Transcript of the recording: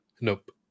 Nope